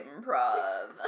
improv